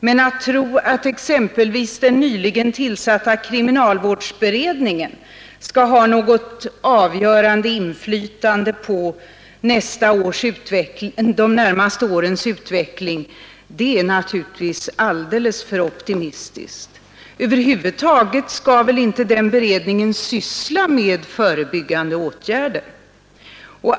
Men att tro att exempelvis den nyligen tillsatta kriminalvårdsberedningen skall ha något avgörande inflytande på de närmaste årens utveckling är naturligtvis alldeles för optimistiskt. Över huvud taget skall väl inte den beredningen syssla med förebyggande åtgärder.